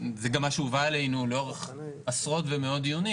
זה גם מה שהובא אלינו לאורך עשרות ומאות דיונים.